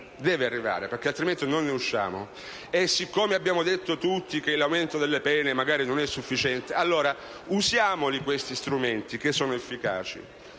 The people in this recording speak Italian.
deve arrivare, perché altrimenti non ne usciamo - il tempo dell'onestà, e siccome abbiamo detto tutti che l'aumento delle pene magari non è sufficiente, usiamo questi strumenti che sono efficaci.